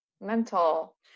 mental